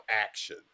action